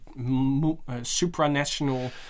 supranational